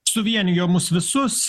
suvienijo mus visus